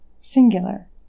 singular